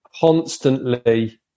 constantly